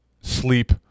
sleep